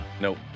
Nope